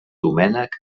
domènec